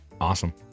Awesome